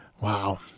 Wow